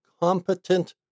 competent